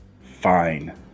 Fine